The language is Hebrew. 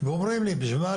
אומרים לי בשביל מה,